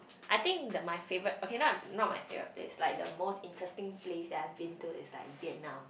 I think the my favourite okay not not my favourite place like the most interesting place that I have been through is like Vietnam